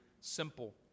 simple